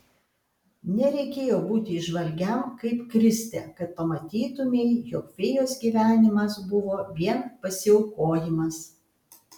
nereikėjo būti įžvalgiam kaip kristė kad pamatytumei jog fėjos gyvenimas buvo vien pasiaukojimas